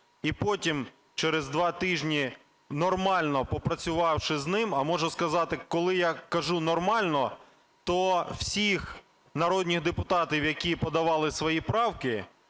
і потім через 2 тижні, нормально попрацювавши з ним, а можу сказати, коли я кажу "нормально", то всіх народних депутатів, які подавали свої правки,